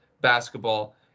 basketball